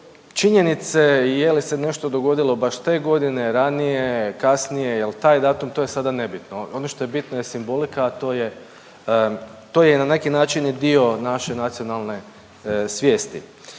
činjenice je li se nešto dogodilo baš te godine ranije, kasnije, jel' taj datum to je sada nebitno. Ono što je bitno je simbolika, a to je na neki način i dio naše nacionalne svijesti.